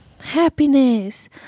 happiness